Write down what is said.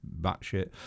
batshit